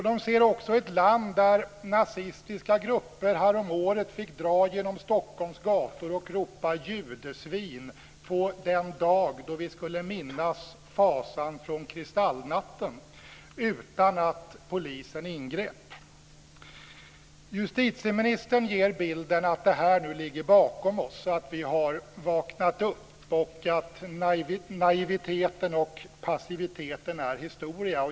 De ser också ett land där nazistiska grupper häromåret fick dra genom Stockholms gator och ropa "Judesvin!" på den dag då vi skulle minnas fasan från Kristallnatten - utan att polisen ingrep. Justitieministern ger nu bilden av att detta ligger bakom oss, att vi har vaknat upp och att naiviteten och passiviteten är historia.